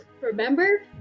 remember